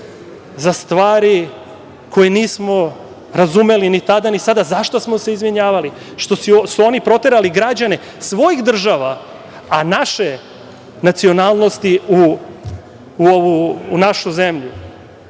za stvari koje nismo razumeli ni tada, ni sada. Zašto smo se izvinjavali? Što su oni proterali građane svojih država, a naše nacionalnosti u našu zemlju,